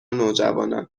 نوجوانان